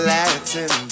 Latin